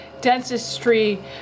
dentistry